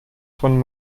von